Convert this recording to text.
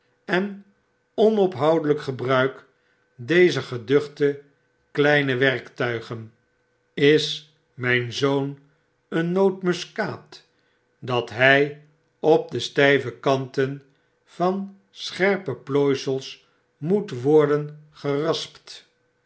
en onophoudeljjk gebruik dezer geduchte kleine werktuigen is mijn zoon een nootmuskaat dat hg op de stijve kanten van scherpe plooisels moet worden geraspt